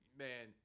man